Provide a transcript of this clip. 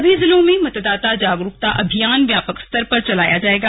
सभी जिलों में मतदाता जागरूकता अभियान व्यापक स्तर पर चलाया जायेगा